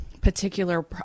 particular